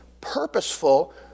purposeful